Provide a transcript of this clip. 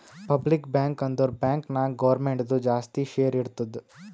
public bank ಅಂದುರ್ bank ನಾಗ್ ಗೌರ್ಮೆಂಟ್ದು ಜಾಸ್ತಿ ಶೇರ್ ಇರ್ತುದ್